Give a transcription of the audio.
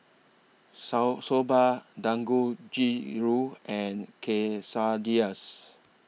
Soba Dangojiru and Quesadillas